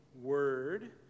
word